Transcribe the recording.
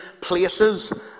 places